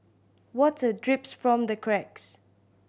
water drips from the cracks